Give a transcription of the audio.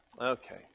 Okay